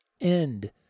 end